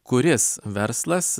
kuris verslas